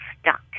stuck